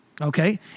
Okay